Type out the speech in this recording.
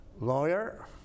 Lawyer